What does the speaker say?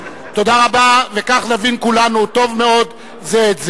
תודה רבה, וכך נבין כולנו טוב מאוד זה את זה.